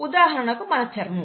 ఉదాహరణకు మన చర్మం